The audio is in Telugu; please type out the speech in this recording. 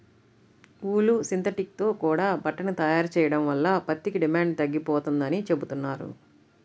ఊలు, సింథటిక్ తో కూడా బట్టని తయారు చెయ్యడం వల్ల పత్తికి డిమాండు తగ్గిపోతందని చెబుతున్నారు